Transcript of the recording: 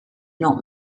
not